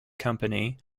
company